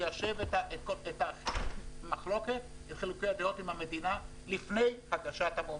ליישב את המחלוקת עם המדינה לפני הגשת המועמדות.